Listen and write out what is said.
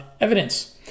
evidence